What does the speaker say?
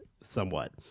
somewhat